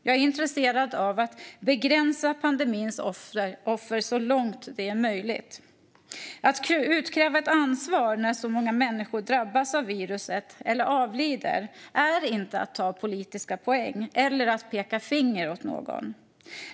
Jag är intresserad av att så långt det är möjligt begränsa antalet offer som pandemin skördar. Att utkräva ett ansvar när så många människor drabbas av viruset eller avlider är inte att ta politiska poäng eller att peka finger åt någon.